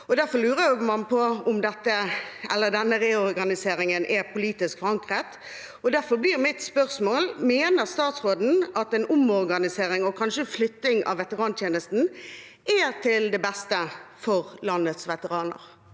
Derfor lurer man på om denne reorganiseringen er politisk forankret, og derfor blir mitt spørsmål: Mener statsråden at en omorganisering, og kanskje flytting, av veterantjenesten er til det beste for landets veteraner?